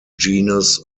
genus